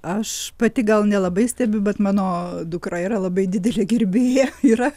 aš pati gal nelabai stebiu bet mano dukra yra labai didelė gerbėja yra